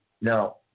No